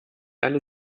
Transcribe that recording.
alle